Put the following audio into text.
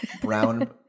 Brown